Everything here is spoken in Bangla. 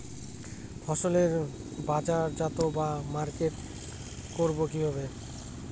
ফসলের বাজারজাত বা মার্কেটিং করব কিভাবে?